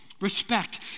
respect